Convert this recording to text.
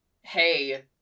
Hey